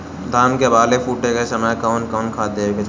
धान के बाली फुटे के समय कउन कउन खाद देवे के चाही?